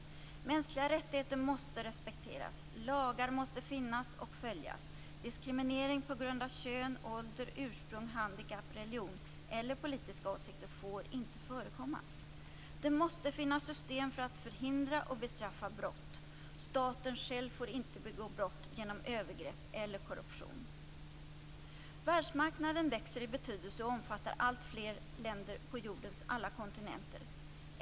Mänskliga rättigheter måste respekteras. Lagar måste finnas och följas. Diskriminering på grund av kön, ålder, ursprung, handikapp, religion eller politiska åsikter får inte förekomma. Det måste finnas system för att förhindra och bestraffa brott. Staten själv får inte begå brott genom övergrepp eller korruption. Världsmarknaden växer i betydelse och omfattar alltfler länder på jordens alla kontinenter.